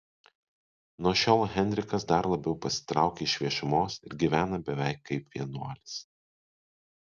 nuo šiol henrikas dar labiau pasitraukia iš viešumos ir gyvena beveik kaip vienuolis